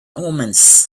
omens